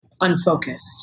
unfocused